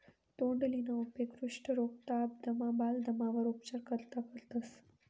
तोंडलीना उपेग कुष्ठरोग, ताप, दमा, बालदमावर उपचार करता करतंस